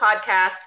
podcast